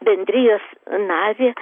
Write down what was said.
bendrijos narį